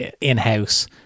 in-house